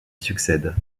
succède